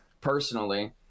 personally